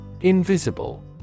Invisible